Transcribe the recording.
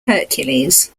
hercules